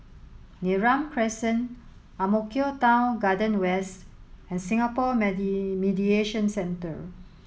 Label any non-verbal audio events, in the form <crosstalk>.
Neram Crescent Ang Mo Kio Town Garden West and Singapore <unintelligible> Mediation Centre